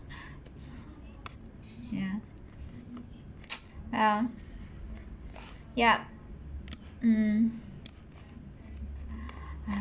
ya ya yup mm